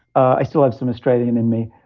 i still have some australian in me,